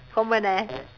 common eh